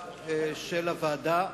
לאור הצעת החלטה של הוועדה,